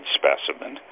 specimen